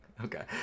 Okay